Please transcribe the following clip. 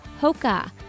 Hoka